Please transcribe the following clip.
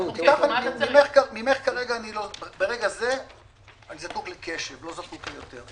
ממך ברגע זה אני זקוק לקשב, לא זקוק ליותר.